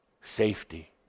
safety